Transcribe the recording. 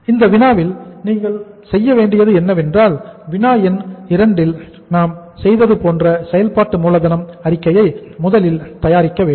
இந்த வினாவில் நீங்கள் செய்ய வேண்டியது என்னவென்றால் வினா எண் 2 ல் நாம் செய்தது போன்ற செயல்பாட்டு மூலதனம் அறிக்கையை முதலில் தயாரிக்க வேண்டும்